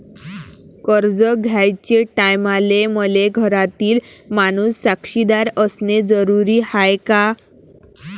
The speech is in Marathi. कर्ज घ्याचे टायमाले मले घरातील माणूस साक्षीदार असणे जरुरी हाय का?